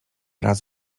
raz